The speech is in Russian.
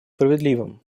справедливым